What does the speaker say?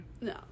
No